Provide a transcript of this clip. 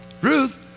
Ruth